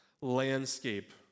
landscape